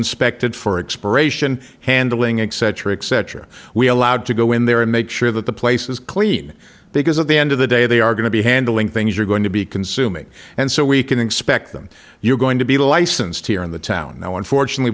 inspected for expiration handling eccentric set are we allowed to go in there and make sure that the place is clean because at the end of the day they are going to be handling things you're going to be consuming and so we can expect them you're going to be licensed here in the town now unfortunately